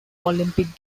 olympic